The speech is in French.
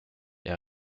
est